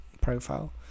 profile